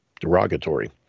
derogatory